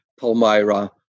Palmyra